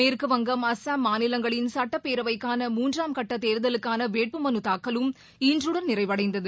மேற்குவங்கம் அஸ்ஸாம் மாநிலங்களின் சட்டப்பேரவைக்கான மூன்றாம் கட்ட தேர்தலுக்கான வேட்புமலு தாக்கலும் இன்றுடன் நிறைவடைந்தது